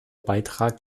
beitrag